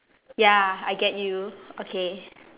ya I get you okay